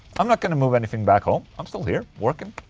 i'm not gonna move anything back home. i'm still here working,